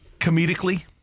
comedically